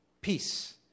peace